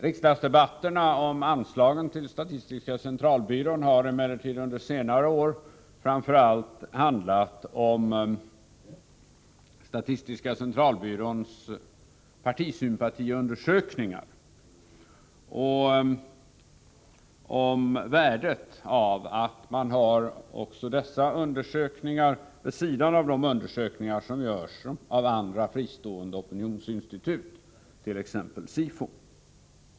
Riksdagsdebatterna om anslagen till statistiska centralbyrån har emellertid under senare år framför allt handlat om statistiska centralbyråns partisympatiundersökningar och om värdet av att dessa undersökningar görs vid sidan av de undersökningar som görs av andra fristående opinionsinstitut, t.ex. SIFO.